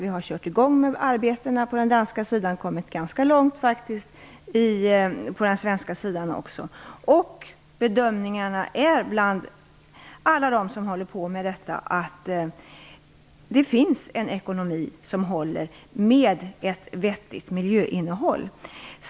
Vi har kört i gång arbetet och kommit ganska långt på den danska sidan liksom på den svenska. Bedömningarna bland alla som håller på med detta är att det finns en ekonomi som håller och ett vettigt miljöinnehåll.